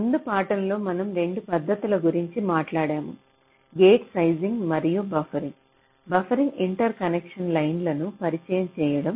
ముందు పాఠంలో మనం 2 పద్ధతుల గురించి మాట్లాడాము గేట్ సైజింగ్ మరియు బఫరింగ్ బఫరింగ్ ఇంటర్కనెక్షన్ లైన్లను పరిచయం చేయడం